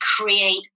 create